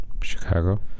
Chicago